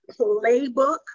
playbook